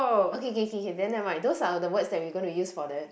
okay K K K then never mind those are the words that we gonna use for the